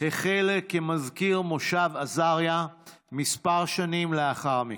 החל כמזכיר מושב עזריה שנים מספר לאחר מכן.